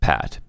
Pat